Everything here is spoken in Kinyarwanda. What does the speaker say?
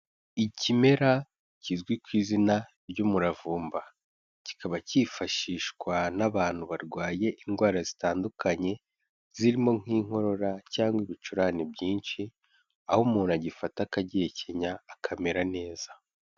Ikimera kizwi k ku izina ry'umuravumba, kikaba cyifashishwa n'abantu barwaye indwara zitandukanye, zirimo nk'inkorora cyangwa ibicurane byinshi, aho umuntu agifata akagihekenya akamera neza.